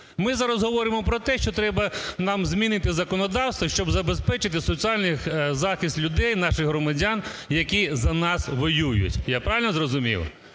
Ми зараз говоримо про те, що треба нам змінити законодавство, щоб забезпечити соціальний захист людей, наших громадян, які за нас воюють. Я правильно зрозумів?